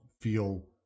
feel